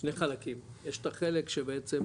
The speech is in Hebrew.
יש את החלק שבעצם,